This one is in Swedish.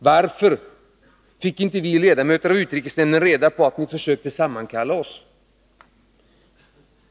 Varför fick inte vi ledamöter av utrikesnämnden reda på att ni försökte sammankalla oss?